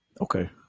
Okay